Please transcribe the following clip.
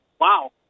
Wow